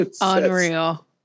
Unreal